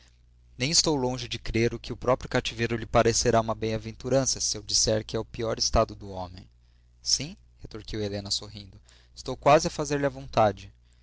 nem estou longe de crer que o próprio cativeiro lhe parecerá uma bem-aventurança se eu disser que é o pior estado do homem sim retorquiu helena sorrindo estou quase a fazer-lhe a vontade